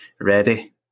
ready